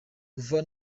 kuva